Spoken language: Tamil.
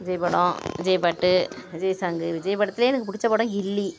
விஜய் படம் விஜய் பாட்டு விஜய் சாங்கு விஜய் படத்துலேயே எனக்கு பிடிச்ச படம் கில்லி